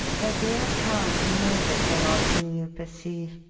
the dear count knows a thing or two, you perceive.